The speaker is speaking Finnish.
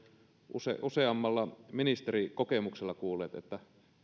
useammalla ministerikokemuksella kuulleet että